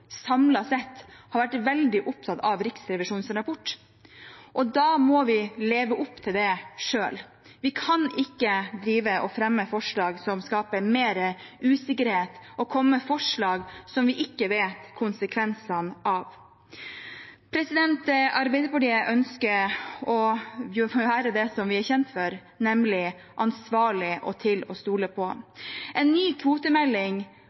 har samlet sett vært veldig opptatt av Riksrevisjonens rapport, og da må vi leve opp til det selv. Vi kan ikke drive og fremme forslag som skaper mer usikkerhet, og komme med forslag vi ikke vet konsekvensene av. Arbeiderpartiet ønsker å være det vi er kjent for, nemlig ansvarlig og til å stole på. En ny kvotemelding